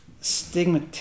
stigma